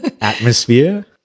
atmosphere